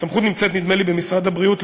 הסמכות נמצאת נדמה לי במשרד הבריאות,